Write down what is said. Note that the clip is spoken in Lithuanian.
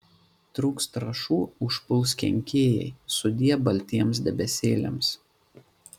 trūks trąšų užpuls kenkėjai sudie baltiems debesėliams